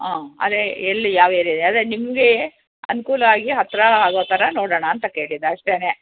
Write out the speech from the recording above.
ಹಾಂ ಅದೇ ಎಲ್ಲಿ ಯಾವ ಏರ್ಯಾ ಅದೇ ನಿಮಗೆ ಅನುಕೂಲ್ವಾಗಿ ಹತ್ತಿರ ಆಗೋ ಥರ ನೋಡೋಣ ಅಂತ ಕೇಳಿದ್ದು ಅಷ್ಟೇ